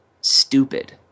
stupid